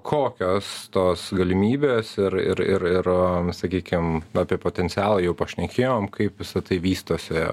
kokios tos galimybės ir ir ir ir sakykim apie potencialą jau pašnekėjom kaip visa tai vystosi